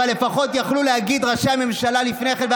לפחות יכלו להגיד ראש הממשלה והשרים לפני כן: